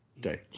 day